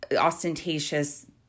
ostentatious